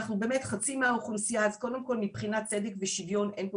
אנחנו באמת חצי מהאוכלוסייה ומבחינת צדק ושוויון אין פה